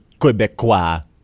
Quebecois